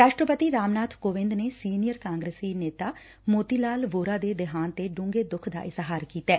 ਰਾਸ਼ਟਰਪਤੀ ਰਾਮਨਾਬ ਕੋਵਿੰਦ ਨੇ ਸੀਨੀਅਰ ਕਾਂਗਰਸੀ ਨੇਤਾ ਮੋਤੀ ਲਾਲ ਵੋਰਾ ਦੇ ਦੇਹਾਂਤ ਤੇ ਡੂੰਘੇ ਢੁੱਖ ਦਾ ਇਜਹਾਰ ਕੀਤੈ